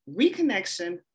reconnection